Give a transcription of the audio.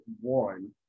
one